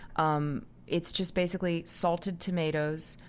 um it's just basically salted tomatoes,